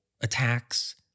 attacks